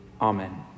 amen